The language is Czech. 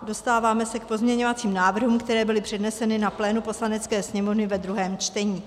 Dostáváme se k pozměňovacím návrhům, které byly předneseny na plénu Poslanecké sněmovny ve druhém čtení.